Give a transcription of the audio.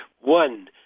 one